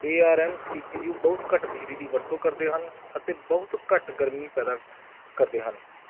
ਏ R M C P U ਬਹੁਤ ਘੱਟ ਬਿਜਲੀ ਦੀ ਵਰਤੋਂ ਕਰਦੇ ਹਨ ਅਤੇ ਬਹੁਤ ਘੱਟ ਗਰਮੀ ਪੈਦਾ ਕਰਦੇ ਹਨ